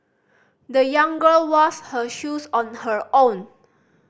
the young girl washed her shoes on her own